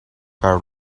card